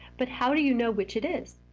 but how do you know which it is?